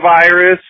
virus